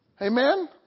Amen